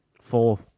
four